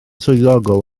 swyddogol